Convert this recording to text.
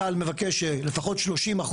צה"ל מבקש לפחות 30%,